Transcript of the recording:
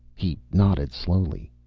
he nodded slowly.